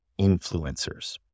influencers